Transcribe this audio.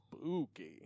spooky